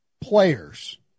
players